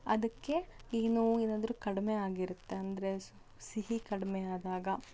ಅದಕ್ಕೆ ಏನೋ ಏನಾದ್ರೂ ಕಡಿಮೆ ಆಗಿರುತ್ತೆ ಅಂದರೆ ಸಿಹಿ ಕಡಿಮೆ ಆದಾಗ